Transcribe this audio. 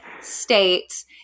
states